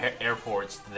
airports